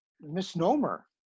misnomer